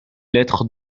lettre